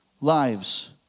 lives